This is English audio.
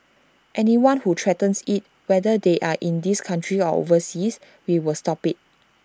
anyone who threatens IT whether they are in this country or overseas we will stop IT